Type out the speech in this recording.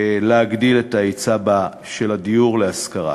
להגדיל את ההיצע של הדיור להשכרה.